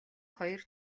хоёр